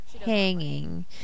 Hanging